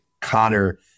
Connor